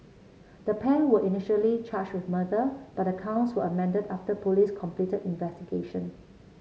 the pair were initially charged with murder but the counts were amended after police completed investigation